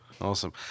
Awesome